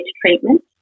treatment